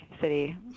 City